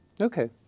Okay